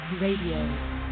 Radio